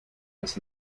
das